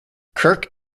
kirk